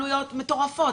עלויות מטורפות.